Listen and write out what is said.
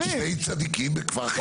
יש עוד שני צדיקים בכפר חיטים.